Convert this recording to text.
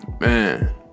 man